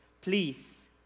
Please